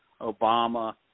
Obama